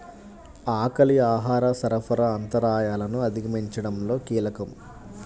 ఆకలి ఆహార సరఫరా అంతరాయాలను అధిగమించడంలో కీలకం